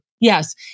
Yes